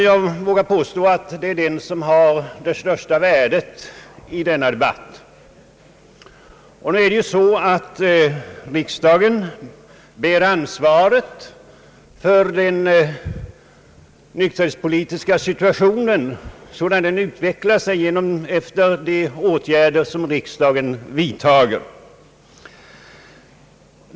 Jag vågar påstå att det är den som har det största värdet i denna debatt. Riksdagen bär ju ansvaret för den nykterhetspolitiska situationen, sådan den utvecklat sig efter de åtgärder som riksdagen vidtagit.